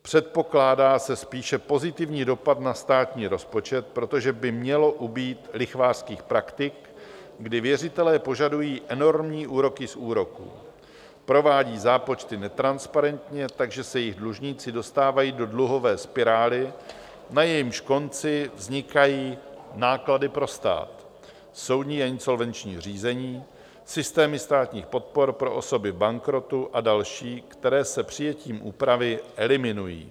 Předpokládá se spíše pozitivní dopad na státní rozpočet, protože by mělo ubýt lichvářských praktik, kdy věřitelé požadují enormní úroky z úroků, provádí zápočty netransparentně, takže se jejich dlužníci dostávají do dluhové spirály, na jejímž konci vznikají náklady pro stát, soudní a insolvenční řízení, systémy státních podpor pro osoby v bankrotu a další, které se přijetím úpravy eliminují.